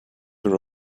her